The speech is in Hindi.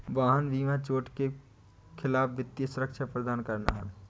वाहन बीमा चोट के खिलाफ वित्तीय सुरक्षा प्रदान करना है